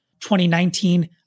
2019